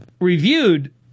reviewed